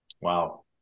wow